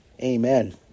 Amen